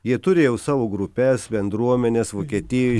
jie turėjo savo grupes bendruomenes vokietijoj